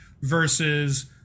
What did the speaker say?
versus